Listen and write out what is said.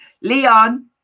Leon